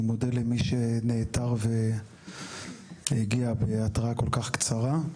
אני מודה למי שנעתר והגיע בהתראה כל כך קצרה.